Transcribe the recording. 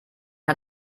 hat